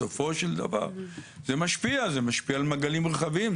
בסופו של דבר זה משפיע על מעגלים רחבים.